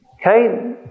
okay